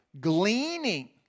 gleaning